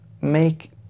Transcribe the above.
make